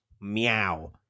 meow